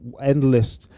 endless